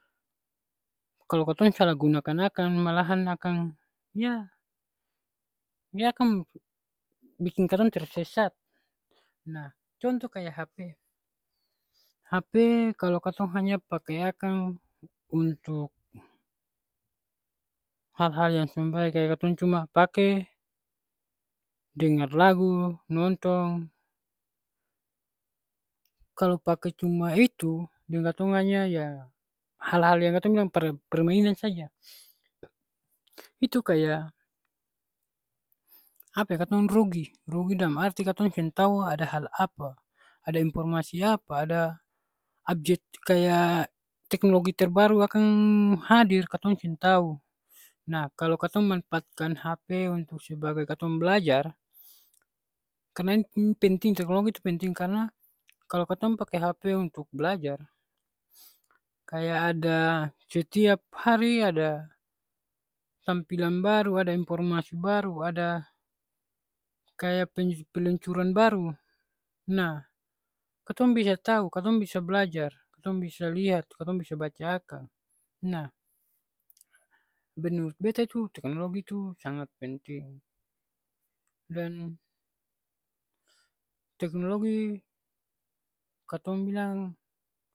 Kalo katong salah gunakan akanng malahan akang yah, dia akang biking katong tersesat. Nah, contoh kaya hp. Hp kalo katong hanya pake akang untuk hal-hal yang seng bae kaya katong cuma pake dengar lagu, nontong. Kalo pake cuma itu, deng katong hanya ya hal-hal yang katong bilang par permainan saja. Itu kaya apa e, katong rugi. Rugi dalam arti katong seng tau ada hal apa. Ada informasi apa, ada update kaya teknologi terbaru akang hadir katong seng tau. Nah, kalo katong manfaatkan hp untuk sebagai katong blajar, karna in penting, teknologi tu penting karna kalo kalo katong pake hp untuk blajar, kaya ada setiap hari ada tampilan baru, ada informasi baru, ada kaya penyus- peluncuran baru. Nah, katong bisa tau, katong bisa blajar. Katong bisa liat, katong bisa baca akang. Nah, menurut beta itu teknologi tu sangat penting. Dan teknologi katong bilang